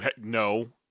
no